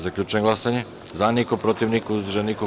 Zaključujem glasanje: za – niko, protiv – niko, uzdržanih – nema.